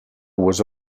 was